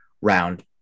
Round